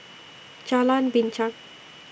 Jalan Binchang